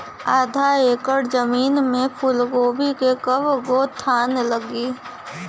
आधा एकड़ में फूलगोभी के कव गो थान लागी?